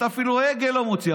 אתה לא מוציא הגה.